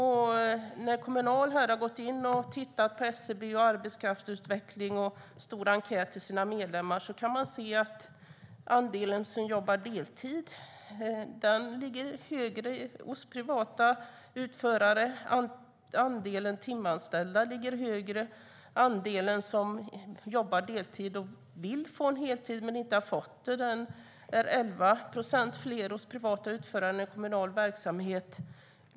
Kommunal har tittat på SCB och arbetskraftsutvecklingen och gjort en stor enkät bland sina medlemmar. Man ser att hos privata utförare ligger andelen som jobbar deltid och andelen timanställda högre, och andelen som jobbar deltid och vill få en heltid men inte har fått det är 11 procent högre hos privata utförare än inom kommunal verksamhet.